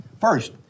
First